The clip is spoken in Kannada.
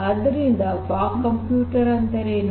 ಆದ್ದರಿಂದ ಫಾಗ್ ಕಂಪ್ಯೂಟಿಂಗ್ ಅಂದರೇನು